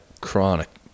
chronic